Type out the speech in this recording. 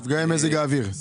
פגעי מזג האוויר.